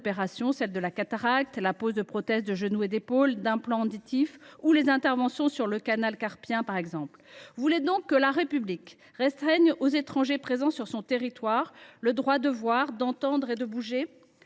celle de la cataracte, la pose de prothèses de genou et d’épaule, et d’implants auditifs, ou les interventions sur le canal carpien. Vous voulez donc que la République restreigne aux étrangers présents sur son territoire le droit de voir, d’entendre et de bouger.